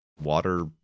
water